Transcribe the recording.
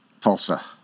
Tulsa